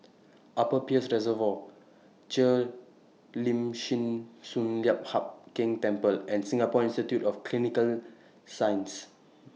Upper Peirce Reservoir Cheo Lim Chin Sun Lian Hup Keng Temple and Singapore Institute For Clinical Sciences